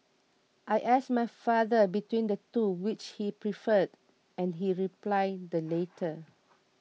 I asked my father between the two which he preferred and he replied the latter